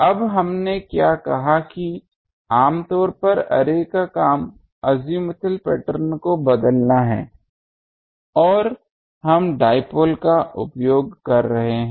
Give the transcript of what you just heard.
अब हमने क्या कहा कि आम तौर पर अर्रे का काम अज़ीमुथल पैटर्न को बदलना है और हम डाइपोल उपयोग कर रहे हैं